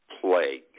Plague